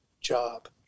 job